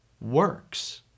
works